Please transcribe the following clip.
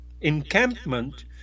encampment